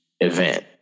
event